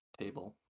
table